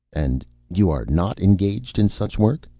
and you are not engaged in such work?